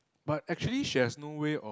but actually she has no way of